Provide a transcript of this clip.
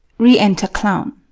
re-enter clown